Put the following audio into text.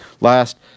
last